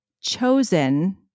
chosen